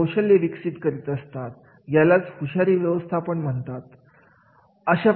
त्यांचे कौशल्य विकसित करीत असतात यालाच हुशारी व्यवस्थापन म्हणतात